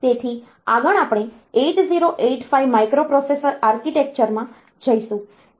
તેથી આગળ આપણે 8085 માઇક્રોપ્રોસેસર આર્કિટેક્ચર માં જઈશું